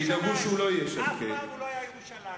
אף פעם הוא לא היה ירושלים.